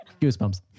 Goosebumps